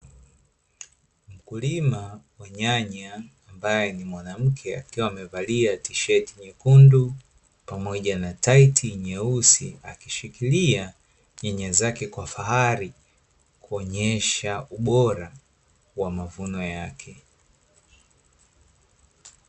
Mkulima wa nyanya ambaye ni mwanamke akiwa amevalia tisheti nyekundu, pamoja na taiti nyeusi, akishikilia nyanya zake kwa fahari, kuonyesha ubora wa mavuno yake.